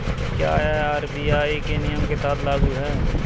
क्या यह आर.बी.आई के नियम के तहत लागू है?